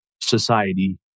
society